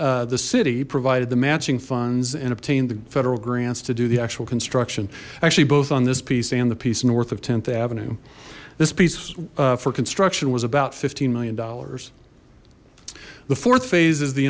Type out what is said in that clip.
the city provided the matching funds and obtained the federal grants to do the actual construction actually both on this piece and the piece of north of th avenue this piece for construction was about fifteen million dollars the fourth phase is the